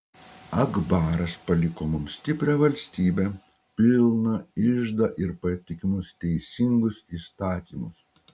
akbaras paliko mums stiprią valstybę pilną iždą ir patikimus teisingus įstatymus